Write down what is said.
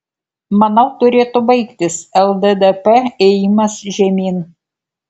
manau turėtų baigtis lddp ėjimas žemyn